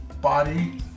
body